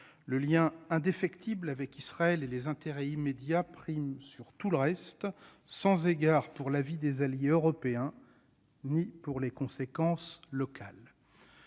Le lien indéfectible avec Israël et les intérêts immédiats priment sur tout le reste, sans égard pour l'avis des alliés européens et les conséquences locales.